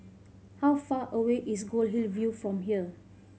how far away is Goldhill View from here